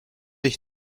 ich